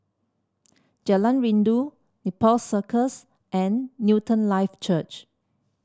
Jalan Rindu Nepal Circus and Newton Life Church